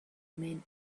men